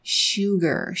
sugar